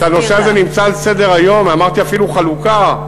שהנושא הזה נמצא על סדר-היום, אמרתי, אפילו חלוקה.